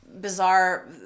bizarre